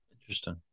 Interesting